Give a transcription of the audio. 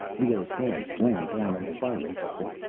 leoh's hand slammed down on the firing button,